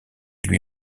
lui